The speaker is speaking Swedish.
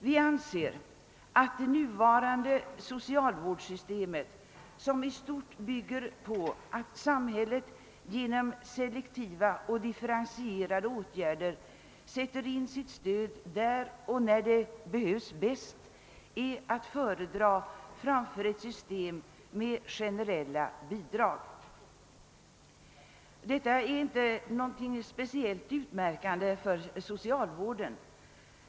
Vi anser att det nuvarande socialvårdssystemet, som i stort bygger på att sam hället genom selektiva och differentierade åtgärder sätter in sitt stöd där och när det behövs bäst, är att föredra framför ett system med generella bidrag. Detta är inte någonting speciellt utmärkande för socialvården.